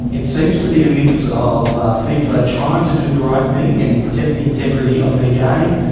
it seems to be a mix of fifa trying to do the right thing and protect the integrity of their game,